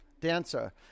Dancer